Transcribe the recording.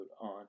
on